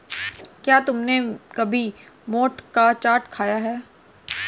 क्या तुमने कभी मोठ का चाट खाया है?